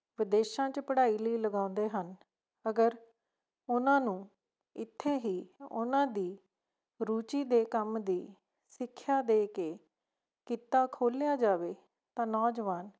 ਵਿਦੇਸ਼ਾਂ 'ਚ ਪੜ੍ਹਾਈ ਲਈ ਲਗਾਉਂਦੇ ਹਨ ਅਗਰ ਉਹਨਾਂ ਨੂੰ ਇੱਥੇ ਹੀ ਉਹਨਾਂ ਦੀ ਰੁਚੀ ਦੇ ਕੰਮ ਦੀ ਸਿੱਖਿਆ ਦੇ ਕੇ ਕਿੱਤਾ ਖੋਲ੍ਹਿਆ ਜਾਵੇ ਤਾਂ ਨੌਜਵਾਨ